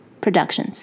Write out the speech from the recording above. Productions